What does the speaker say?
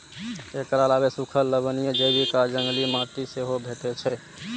एकर अलावे सूखल, लवणीय, जैविक आ जंगली माटि सेहो भेटै छै